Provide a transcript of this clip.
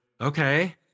okay